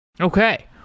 Okay